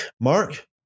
Mark